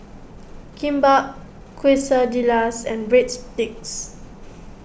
Kimbap Quesadillas and Breadsticks